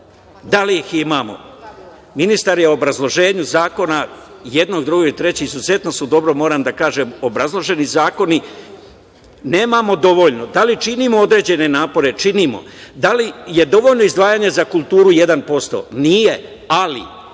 Da li ih imamo? Ministar je u obrazloženju zakona jednog, drugog i trećeg, izuzetno su dobro obrazloženi zakoni, nemamo dovoljno. Da li činimo određene napore? Činimo. Da li je dovoljno izdvajanje za kulturu 1%? Nije. Ali,